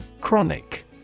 Chronic